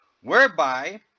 whereby